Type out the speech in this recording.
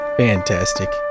Fantastic